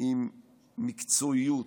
עם מקצועיות,